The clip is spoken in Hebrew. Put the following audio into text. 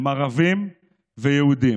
הם ערבים ויהודים,